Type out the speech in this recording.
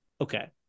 Okay